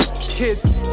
Kids